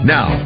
Now